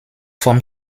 forme